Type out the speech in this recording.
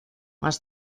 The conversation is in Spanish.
más